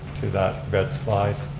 to that red slide?